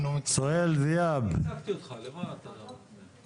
אני רציתי לדעת מה